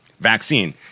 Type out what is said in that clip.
vaccine